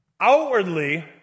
Outwardly